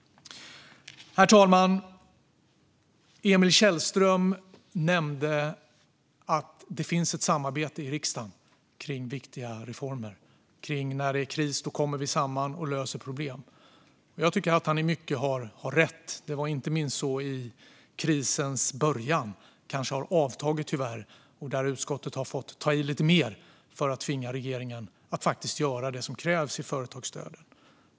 Herr talman! Emil Källström nämnde att det finns ett samarbete i riksdagen kring viktiga reformer. När det är kris kommer vi samman och löser problem. Jag tycker att han i mycket har rätt; det var inte minst så i krisens början. Men det har tyvärr avtagit något, och utskottet har fått ta i lite mer för att tvinga regeringen att göra det som krävs i företagsstödet.